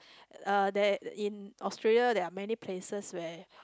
uh there in Australia there're many places where